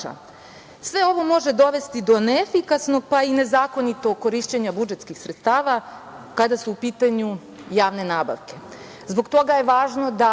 Sve ovo može dovesti do neefikasnost, pa i nezakonitog korišćenja budžetskih sredstava kada su u pitanju javne nabavke. Zbog toga je važno da